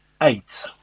eight